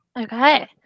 Okay